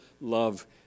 love